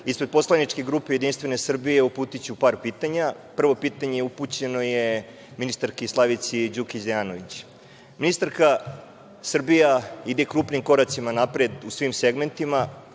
ispred poslaničke grupe Jedinstvene Srbije uputiću par pitanja. Prvo pitanje upućeno je ministarki Slavici Đukić Dejanović. Ministarka, Srbija ide krupnim koracima napred u svim segmentima,